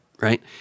right